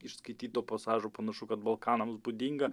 iš skaityto pasažo panašu kad balkanams būdinga